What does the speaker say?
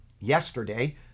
yesterday